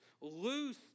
loose